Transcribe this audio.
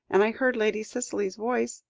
and i heard lady cicely's voice,